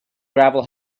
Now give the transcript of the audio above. gravel